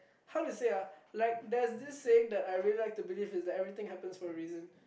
how to say ah like there's this saying that I really like to believe is that everything happens for a reason